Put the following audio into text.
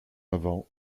avant